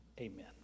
Amen